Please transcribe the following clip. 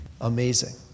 amazing